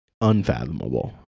unfathomable